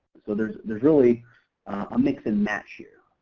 so there's there's really a mix and match here.